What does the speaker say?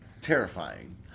terrifying